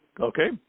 okay